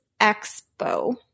Expo